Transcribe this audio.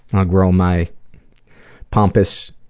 i'll grow my pompous